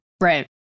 Right